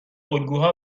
الگوها